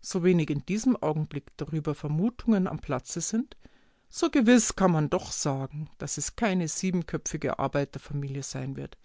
so wenig in diesem augenblick darüber vermutungen am platze sind so gewiß kann man doch sagen daß es keine siebenköpfige arbeiterfamilie sein wird